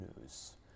news